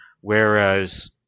whereas